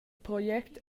project